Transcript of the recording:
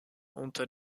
unter